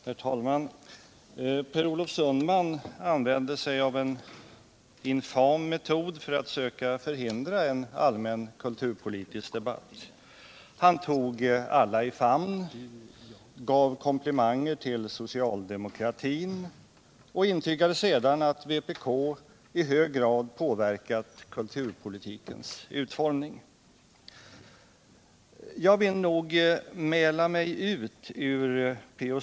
Herr talman! Per Olof Sundman använde sig av en infam metod för att söka förhindra en allmän kulturpolitisk debatt. Han tog alla i famn, gav komplimanger till socialdemokratin och intygade sedan att vpk i hög grad påverkat kulturpolitikens utformning. Jag vill nog mäla mig ut ur P.O.